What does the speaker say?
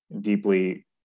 deeply